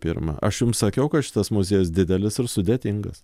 pirmą aš jums sakiau kad šitas muziejus didelis ir sudėtingas